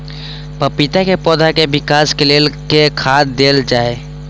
पपीता केँ पौधा केँ विकास केँ लेल केँ खाद देल जाए?